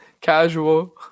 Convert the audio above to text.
Casual